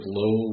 low